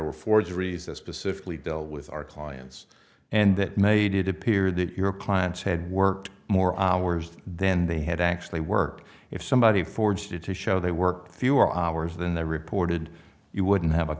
were forgeries that specifically deal with our clients and that made it appear that your clients had worked more hours then they had actually work if somebody forged you to show they work fewer hours than they reported you wouldn't have a